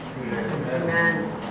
Amen